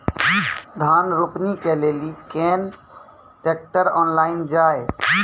धान रोपनी के लिए केन ट्रैक्टर ऑनलाइन जाए?